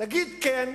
תגיד כן,